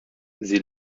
sie